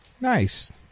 Nice